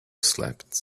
slept